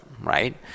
right